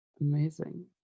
Amazing